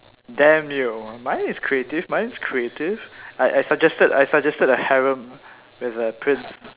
damn you mine is creative mine is creative I I suggested I suggested a harem with a prince